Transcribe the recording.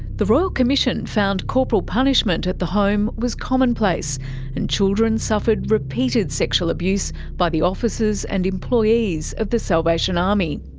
the royal commission found corporal punishment at the home was commonplace and children suffered repeated sexual abuse by the officers and employees of the salvation army.